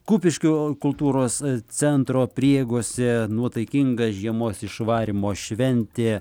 kupiškio kultūros centro prieigose nuotaikinga žiemos išvarymo šventė